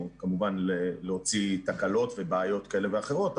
כמובן להוציא תקלות ובעיות כאלה ואחרות,